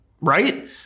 right